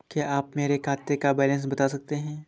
क्या आप मेरे खाते का बैलेंस बता सकते हैं?